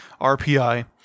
RPI